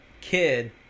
kid